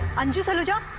anju saluja,